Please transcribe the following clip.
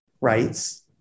rights